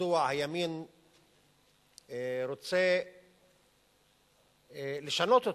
מדוע הימין רוצה לשנות אותו?